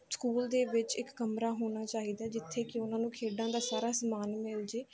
school ਦੇ ਵਿੱਚ ਇੱਕ ਕਮਰਾ ਹੋਣਾ ਚਾਹੀਦਾ ਜਿੱਥੇ ਕਿ ਉਹਨਾਂ ਨੂੰ ਖੇਡਾਂ ਦਾ ਸਾਰਾ ਸਮਾਨ ਮਿਲ ਜਾਵੇ